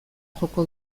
joko